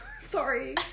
Sorry